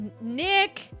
Nick